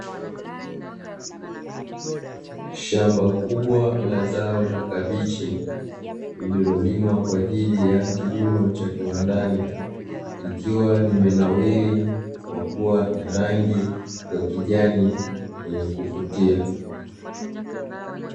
Shamba kubwa la zao la kabichi ililolimwa kwa ajili ya kilimo cha kiwandani, likiwa limenawiri kwa kuwa na rangi ya kijani yenye kuvutia.